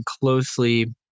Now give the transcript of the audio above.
closely